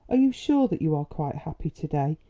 are you sure that you are quite happy to-day?